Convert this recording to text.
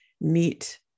meet